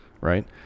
Right